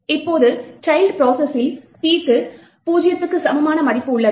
இப்போது சைல்ட் ப்ரோசஸில் P க்கு 0 க்கு சமமான மதிப்பு உள்ளது